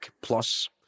plus